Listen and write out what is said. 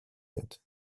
yet